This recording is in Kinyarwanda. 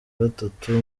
gatatu